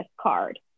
card